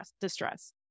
distress